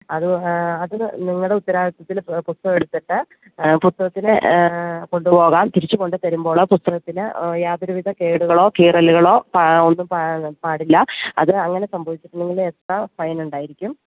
അത് അതിന് നിങ്ങളുടെ ഉത്തരവാദിത്തത്തില് പുസ്തകം എടുത്തിട്ട് പുസ്തകത്തിന് കൊണ്ട്പോകാം തിരിച്ച് കൊണ്ടുവന്ന് തരുമ്പോൾ ആ പുസ്തകത്തിന് യാതൊരുവിധ കേടുകളോ കീറലുകളോ ഒന്നും പാടില്ല അത് അങ്ങനെ സംഭവിച്ചിട്ടുണ്ടങ്കിൽ എക്സ്ട്രാ ഫൈൻ ഉണ്ടായിരിക്കും